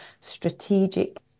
strategic